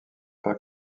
pas